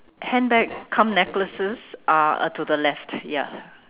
handbags cum necklaces are uh to the left ya